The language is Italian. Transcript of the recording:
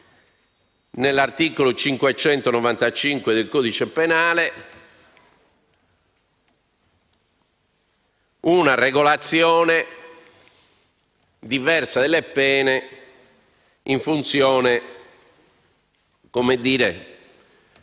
nell'articolo 595 del codice penale una regolazione diversa delle pene in funzione della